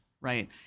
right